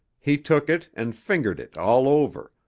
he took it and fingered it all over,